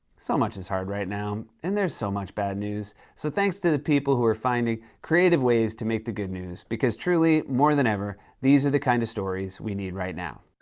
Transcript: so much is hard right now and there's so much bad news, so thanks to the people who are finding creative ways to make the good news because, truly, more than ever, these are the kind of stories we need right now.